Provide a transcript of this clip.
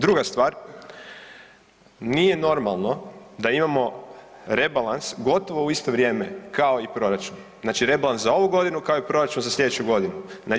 Druga stvar, nije normalno da imamo rebalans gotovo u isto vrijeme kao i proračun, znači rebalans za ovu godinu kao i proračun za sljedeću godinu.